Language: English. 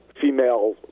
female